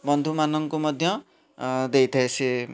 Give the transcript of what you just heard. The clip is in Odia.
ବନ୍ଧୁମାନଙ୍କୁ ମଧ୍ୟ ଦେଇଥାଏ ସେ